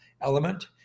element